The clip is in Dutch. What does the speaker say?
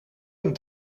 een